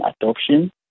adoption